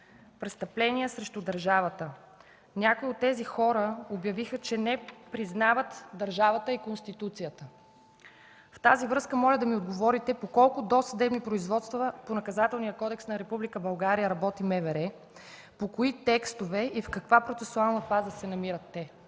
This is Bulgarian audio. престъпления срещу държавата. Някои от тези хора обявиха, че не признават държавата и Конституцията. В тази връзка моля да ми отговорите по колко досъдебни производства по Наказателния кодекс на Република България работи МВР, по кои текстове и в каква процесуална фаза се намират те?